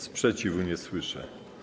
Sprzeciwu nie słyszę.